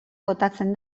botatzen